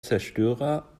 zerstörer